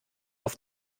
auf